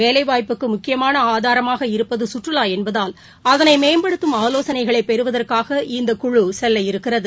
வேலைவாய்ப்புக்குமுக்கியமானஆதராமாக கஷ்மீரில் இருப்பதுகற்றுலாஎன்பதால் அதனைமேம்படுத்தும் ஆலோசனைகளைபெறுவதற்காக இந்த குழு செல்லவிருக்கிறது